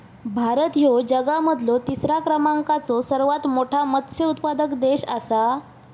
भारत ह्यो जगा मधलो तिसरा क्रमांकाचो सर्वात मोठा मत्स्य उत्पादक देश आसा